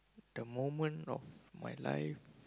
the moment of my life